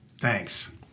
Thanks